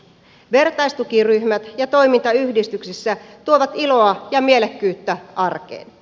vertaistukiryhmät ja toiminta yhdistyksissä tuovat iloa ja mielekkyyttä arkeen